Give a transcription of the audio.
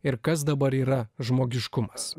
ir kas dabar yra žmogiškumas